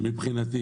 מבחינתי